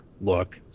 look